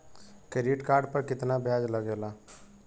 Credit card पर कितना ब्याज लगेला?